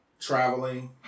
traveling